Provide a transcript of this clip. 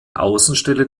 außenstelle